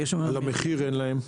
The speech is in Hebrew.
על המחיר אין להם,